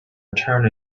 return